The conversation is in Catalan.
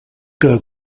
que